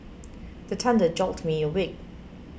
the thunder jolt me awake